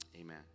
amen